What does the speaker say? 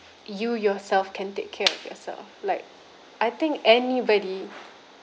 you yourself can take care of yourself like I think anybody